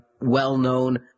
well-known